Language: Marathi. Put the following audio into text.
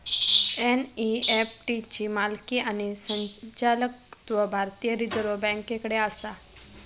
एन.ई.एफ.टी ची मालकी आणि संचालकत्व भारतीय रिझर्व बँकेकडे आसा